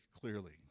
clearly